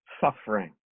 suffering